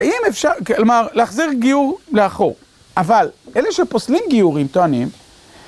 האם אפשר, כלומר, להחזיר גיור לאחור, אבל אלה שפוסלים גיורים טוענים..